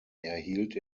erhielt